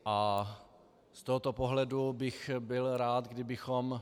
Z tohoto pohledu bych byl rád, kdybychom...